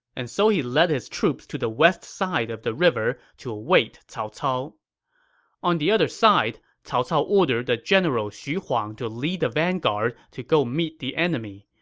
and so he led his troops to the west side of the river to await cao cao on the other side, cao cao ordered the general xu huang to lead the vanguard to meet the enemy.